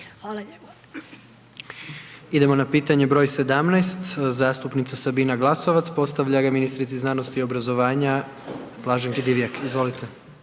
Gordan (HDZ)** Idemo na pitanje broj 17. zastupnica Sabina Glasovac, postavlja ga ministrici znanosti i obrazovanja Blaženki Divjak, izvolite.